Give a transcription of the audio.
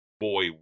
boy